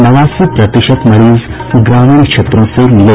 नवासी प्रतिशत मरीज ग्रामीण क्षेत्रों से मिले